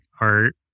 art